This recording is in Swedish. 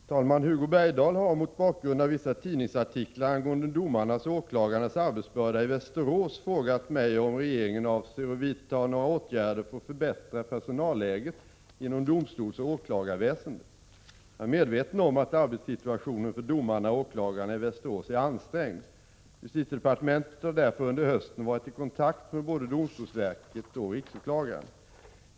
Herr talman! Hugo Bergdahl har mot bakgrund av vissa tidningsartiklar angående domarnas och åklagarnas arbetsbörda i Västerås frågat mig om regeringen avser att vidta några åtgärder för att förbättra personalläget inom domstolsoch åklagarväsendet. Jag är medveten om att arbetssituationen för domarna och åklagarna i Västerås är ansträngd. Justitiedepartementet har därför under hösten varit i kontakt med både domstolsverket och riksåklagaren.